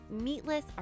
meatless